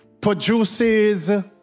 produces